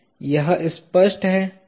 यह स्पष्ट है